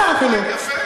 שר החינוך?